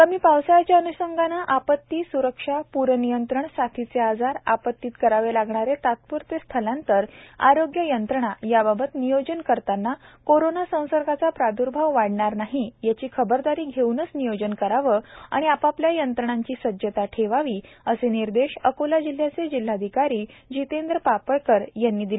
आगामी पावसाळ्याच्या अन्षंगाने आपती स्रक्षा प्रनियंत्रण साथीचे आजार आपत्तीत करावे लागणारे तात्प्रते स्थलांतर आरोग्य यंत्रणा याबाबत नियोजन करतांना कोरोना संसर्गाचा प्राद्भाव वाढणार नाही याची खबरदारी घेऊनच नियोजन करावे आणि आपापल्या यंत्रणांची सज्जता ठेवावी असे निर्देश अकोला जिल्ह्याचे जिल्हाधिकारी जितेंद्र पापळकर यांनी आज दिले